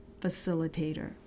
facilitator